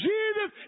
Jesus